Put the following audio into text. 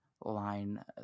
line